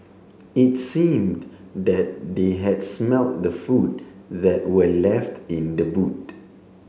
it seemed that they had smelt the food that were left in the boot